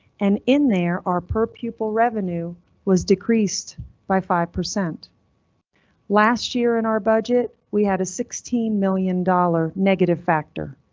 and in there our per pupil revenue was decreased by five percent last year in our budget we had a sixteen million dollars negative factor.